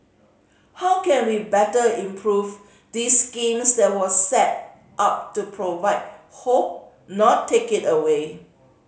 how can we better improve this scheme that was set up to provide hope not take it away